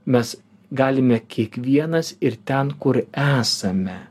mes galime kiekvienas ir ten kur esame